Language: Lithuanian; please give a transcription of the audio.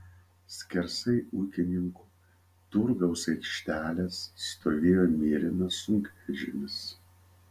skersai ūkininkų turgaus aikštelės stovėjo mėlynas sunkvežimis